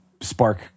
spark